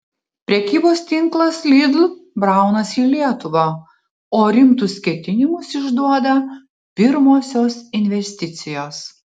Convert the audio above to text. prekybos tinklas lidl braunasi į lietuvą o rimtus ketinimus išduoda pirmosios investicijos